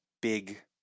big